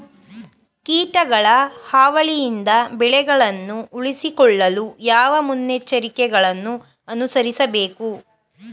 ಕೀಟಗಳ ಹಾವಳಿಯಿಂದ ಬೆಳೆಗಳನ್ನು ಉಳಿಸಿಕೊಳ್ಳಲು ಯಾವ ಮುನ್ನೆಚ್ಚರಿಕೆಗಳನ್ನು ಅನುಸರಿಸಬೇಕು?